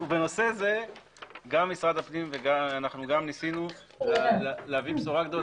גם 120 ימים לפני פקיעת הרישיון וגם לאחר קבלת ההצהרה מטעם בעל